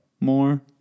more